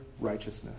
righteousness